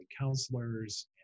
counselors